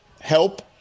help